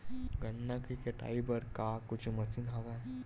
गन्ना के कटाई बर का कुछु मशीन हवय?